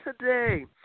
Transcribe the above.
today